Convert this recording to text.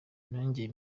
nongere